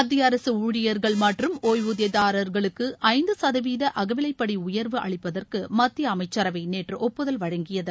மத்திய அரசு ஊழிபர்கள் மற்றும் ஒய்வூதியதாரர்களுக்கு ஐந்து சதவீத அகவிவைப்படி உயர்வு அளிப்பதற்கும் மத்திய அமைச்சரவை நேற்று ஒப்புதல் வழங்கியது